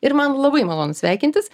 ir man labai malonu sveikintis